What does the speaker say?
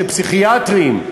של פסיכיאטרים,